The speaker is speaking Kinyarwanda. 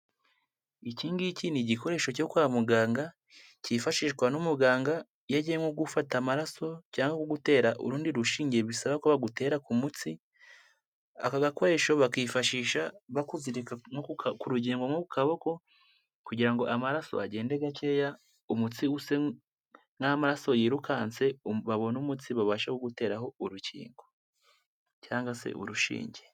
Ikingiki ni igikoresho cyo kwa muganga, cyifashishwa n'umuganga, iyo agiye nko gufata amaraso, cyangwa gutera urundi rushinge, bisaba ko bagutera ku mutsi, aka gakoresho bakifashisha bakuzirika ku rugingo nko ku kaboko, kugira ngo amaraso bagende gakeya, umutsi use n'aho amaraso yirukanse, babone umutsi, babashe kuguteraho urukingo, cyangwa se urushinge.